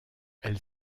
elle